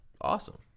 awesome